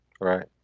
Right